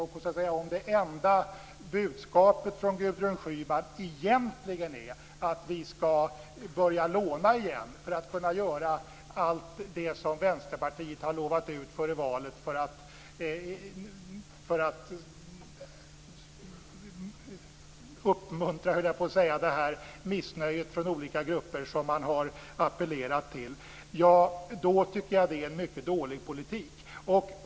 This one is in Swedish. Om det enda budskapet från Gudrun Schyman egentligen är att vi skall börja låna igen för att kunna göra allt det som Vänsterpartiet har lovat ut före valet, för att "uppmuntra" missnöjet från olika grupper som man har appellerat till, tycker jag att det är en mycket dålig politik.